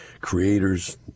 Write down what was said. Creators